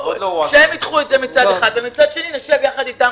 שהם ייקחו אותם מצד אחד ומצד שני נשב יחד אתם